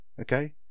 Okay